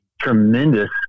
tremendous